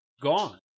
gone